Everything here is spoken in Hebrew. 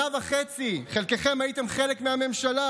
שנה וחצי חלקכם הייתם חלק מהממשלה,